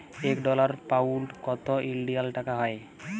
ইক dollar, pound কত ইলডিয়াল টাকা হ্যয়